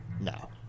No